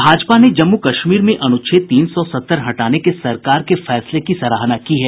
भाजपा ने जम्मू कश्मीर में अनुच्छेद तीन सौ सत्तर हटाने के सरकार के फैसले की सराहना की है